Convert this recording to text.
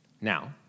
Now